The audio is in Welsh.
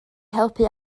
helpu